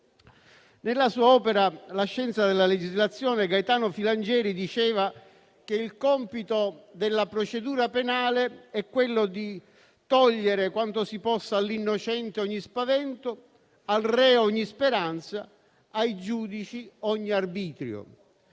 Nella sua opera «La scienza della legislazione» Gaetano Filangieri diceva che il compito della procedura penale è quello di togliere quanto si possa all'innocente ogni spavento, al reo ogni speranza ed ai giudici ogni arbitrio.